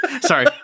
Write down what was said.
Sorry